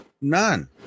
none